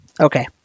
Okay